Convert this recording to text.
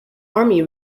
army